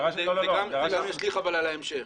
אבל זה גם ישליך על ההמשך.